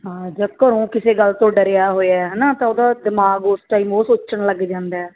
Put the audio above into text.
ਹਾਂ ਜਾਂ ਘਰੋਂ ਕਿਸੇ ਗੱਲ ਤੋਂ ਡਰਿਆ ਹੋਇਆ ਹੈ ਨਾ ਤਾਂ ਉਹਦਾ ਦਿਮਾਗ ਉਸ ਟਾਈਮ ਉਹ ਸੋਚਣ ਲੱਗ ਜਾਂਦਾ